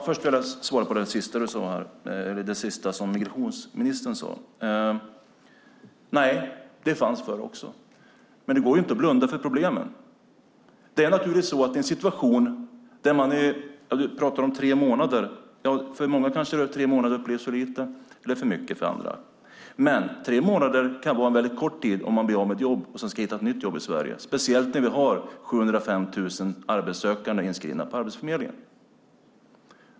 Fru talman! Först vill jag svara på det sista migrationsministern sade. Nej, det fanns förr också, men det går inte att blunda för problemen. Du pratade om tre månader. Många kanske upplever att tre månader är för lite, och andra att det är för mycket. Tre månader kan vara en väldigt kort tid om man blir av med jobbet och ska hitta ett nytt jobb i Sverige, speciellt när vi har 705 000 arbetssökande inskrivna på Arbetsförmedlingen.